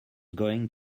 going